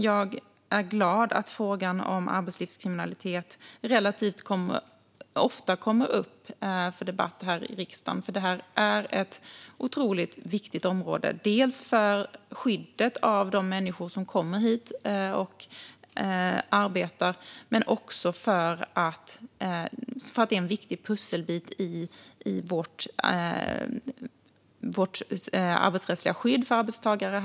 Jag är glad att frågan om arbetslivskriminalitet relativt ofta kommer upp till debatt här i riksdagen. Det här är ett otroligt viktigt område för skyddet av de människor som kommer hit och arbetar. Detta är också en viktig pusselbit i vårt arbetsrättsliga skydd för arbetstagare.